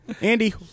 Andy